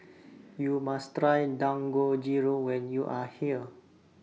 YOU must Try Dangojiru when YOU Are here